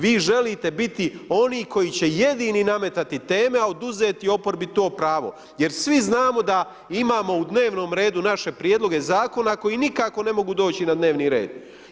Vi želite biti oni koji će jedini nametati teme, a oduzeti oporbi to pravo, jer svi znamo da imamo u dnevnom redu naše prijedloge zakona, koji nikako ne mogu doći na dnevni red.